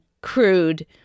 Crude